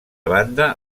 banda